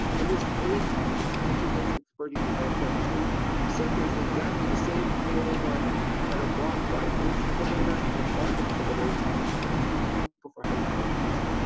and this ace, this angiotensin converting enzyme two receptor, is exactly the same one that are blocked by ace inhibitors and arb inhibitors when we treat people for for hypertension.